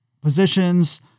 positions